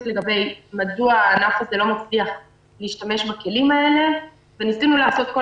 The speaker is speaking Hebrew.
לגבי מדוע הענף הזה לא מצליח להשתמש בכלים האלה וניסינו לעשות כל